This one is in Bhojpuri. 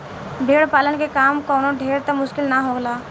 भेड़ पालन के काम कवनो ढेर त मुश्किल ना होला